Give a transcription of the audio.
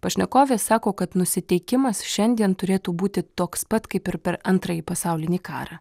pašnekovė sako kad nusiteikimas šiandien turėtų būti toks pat kaip ir per antrąjį pasaulinį karą